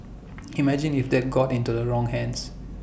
imagine if that got into the wrong hands